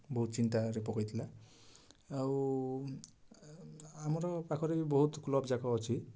ବହୁତ ଚିନ୍ତାରେ ପକାଇଥିଲା ଆଉ ଆମର ପାଖରେ ବି ବହୁତ କ୍ଲବ୍ ଯାକ ଅଛି